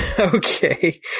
Okay